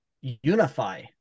unify